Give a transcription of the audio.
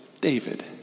David